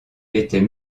était